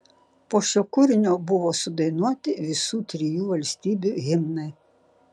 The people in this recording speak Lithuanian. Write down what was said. po šio kūrinio buvo sudainuoti visų trijų valstybių himnai